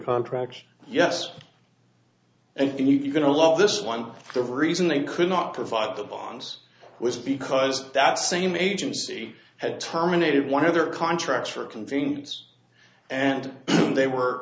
contracts yes and you're going to love this one the reason they could not provide the bonds was because that same agency had terminated one of their contracts for convenience and they were